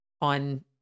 on